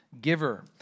giver